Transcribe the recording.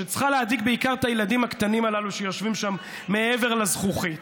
שצריכה להדאיג בעיקר את הילדים הקטנים הללו שיושבים שם מעבר לזכוכית.